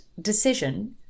decision